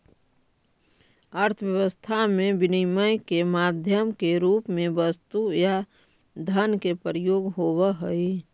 अर्थव्यवस्था में विनिमय के माध्यम के रूप में वस्तु या धन के प्रयोग होवऽ हई